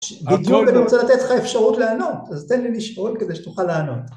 בדיוק אני רוצה לתת לך אפשרות לענות, אז תן לי לשאול כדי שתוכל לענות